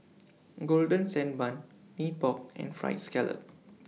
Golden Sand Bun Mee Pok and Fried Scallop